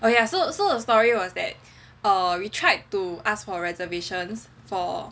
oh ya so so the story was that we tried to ask for reservations for